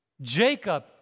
Jacob